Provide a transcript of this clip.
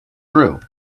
through